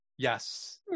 Yes